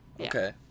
okay